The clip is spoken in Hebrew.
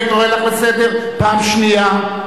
אני קורא אותך לסדר פעם שנייה.